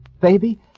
baby